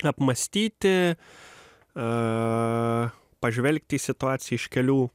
apmąstyti a pažvelgti į situaciją iš kelių